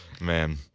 Man